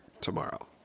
tomorrow